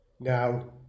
Now